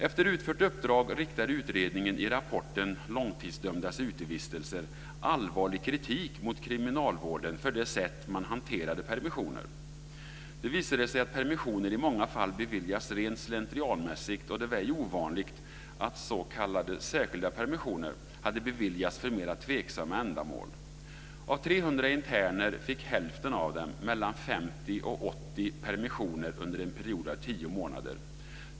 Efter utfört uppdrag riktade utredningen i rapporten Långtidsdömdas utevistelser allvarlig kritik mot kriminalvården för sättet att hantera permissioner. Det visade sig att permissioner i många fall beviljats rent slentrianmässigt, och det var ej ovanligt att s.k. särskilda permissioner hade beviljats för mera tveksamma ändamål. permissioner under en period av tio månader.